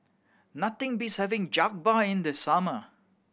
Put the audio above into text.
nothing beats having Jokbal in the summer